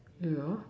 you know